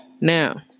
Now